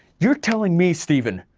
you're telling me stephen,